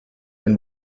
and